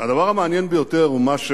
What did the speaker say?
מחכים שנתיים.